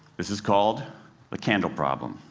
this is called a candle problem.